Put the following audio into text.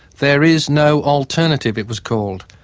there is no alternative it was called.